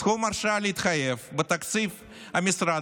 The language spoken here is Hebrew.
סכום ההרשאה להתחייב בתקציב המשרד